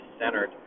centered